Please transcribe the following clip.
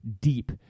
deep